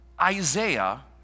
Isaiah